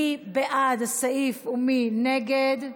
מי בעד הסעיף ומי נגד?